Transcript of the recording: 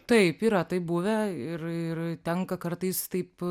taip yra taip buvę ir ir tenka kartais taip